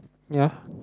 ya